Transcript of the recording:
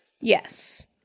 Yes